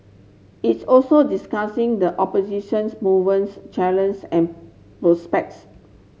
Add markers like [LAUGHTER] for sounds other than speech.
it also discussing the oppositions movements [UNINTELLIGIBLE] and prospects